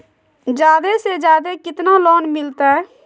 जादे से जादे कितना लोन मिलते?